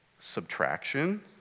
subtraction